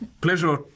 Pleasure